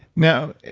now,